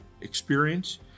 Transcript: experience